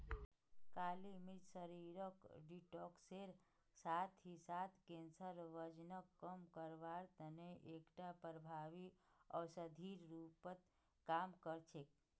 काली मिर्च शरीरक डिटॉक्सेर साथ ही साथ कैंसर, वजनक कम करवार तने एकटा प्रभावी औषधिर रूपत काम कर छेक